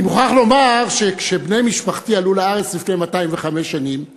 אני מוכרח לומר שכשבני משפחתי עלו לארץ לפני 205 שנים מווילנה,